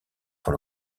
pour